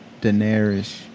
Daenerys